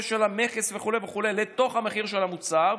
של המכס וכו' וכו' לתוך המחיר של המוצר,